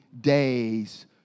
days